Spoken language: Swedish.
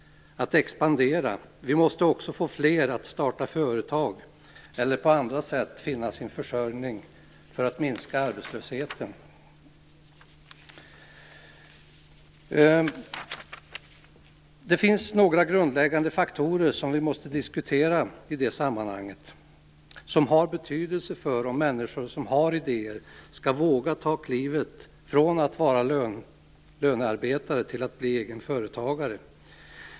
För att arbetslösheten skall kunna minska måste det också bli fler som startar företag eller som på andra sätt finner sin försörjning. Det finns några grundläggande faktorer som måste diskuteras i det sammanhanget och som har betydelse för om människor som har idéer skall våga ta klivet från att vara lönearbetare till att bli egen företagare.